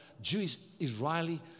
Jewish-Israeli